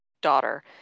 daughter